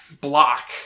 block